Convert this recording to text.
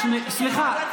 סליחה,